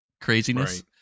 craziness